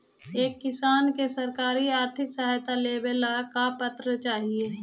एक किसान के सरकारी आर्थिक सहायता लेवेला का पात्रता चाही?